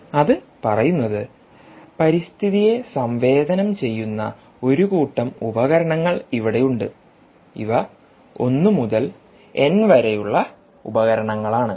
അത് പറയുന്നത് പരിസ്ഥിതിയെ സംവേദനം ചെയ്യുന്ന ഒരു കൂട്ടം ഉപകരണങ്ങൾ ഇവിടെയുണ്ട് ഇവ 1 മുതൽ n വരെയുള്ള ഉപകരണങ്ങളാണ്